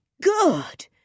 good